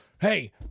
hey